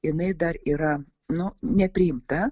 jinai dar yra nu nepriimta